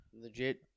legit